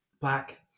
Black